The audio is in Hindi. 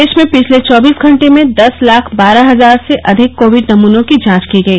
देश में पिछले चौबीस घंटे में दस लाख बारह हजार से अधिक कोविड नमूनों की जांच की गई